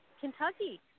Kentucky